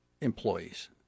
employees